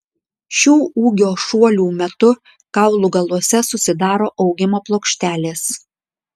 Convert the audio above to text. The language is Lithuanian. šių ūgio šuolių metu kaulų galuose susidaro augimo plokštelės